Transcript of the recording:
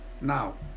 Now